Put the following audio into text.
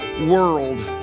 world